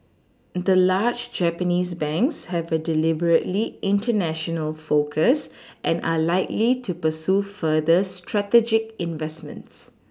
the large Japanese banks have a deliberately international focus and are likely to pursue further strategic investments